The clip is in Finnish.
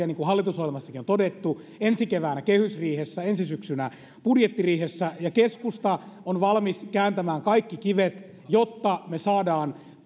niin kuin hallitusohjelmassakin on todettu tarvitaan lisää päätöksiä ensi keväänä kehysriihessä ensi syksynä budjettiriihessä keskusta on valmis kääntämään kaikki kivet jotta me saamme